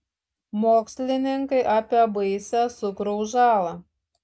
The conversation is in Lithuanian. mokslininkai apie baisią cukraus žalą